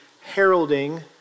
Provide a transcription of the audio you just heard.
heralding